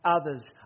others